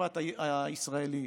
במשפט הישראלי,